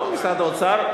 לא משרד האוצר,